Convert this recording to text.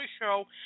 show